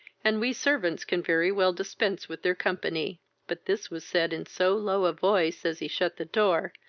and we servants can very well dispense with their company but this was said in so low a voice, as he shut the door,